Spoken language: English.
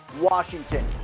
Washington